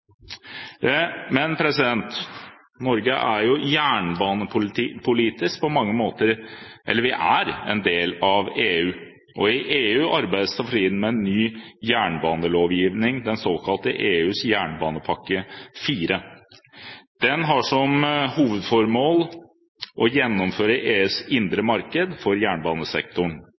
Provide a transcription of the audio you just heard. Norge er jernbanepolitisk en del av EU. I EU arbeides det for tiden med en ny jernbanelovgivning, den såkalte EUs jernbanepakke IV. Den har som hovedformål å gjennomføre EUs indre marked for jernbanesektoren.